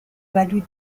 valu